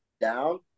down